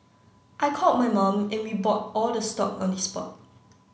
I called my mum and we bought all the stock on the spot